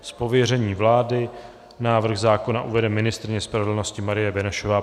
Z pověření vlády návrh zákona uvede ministryně spravedlnosti Marie Benešová.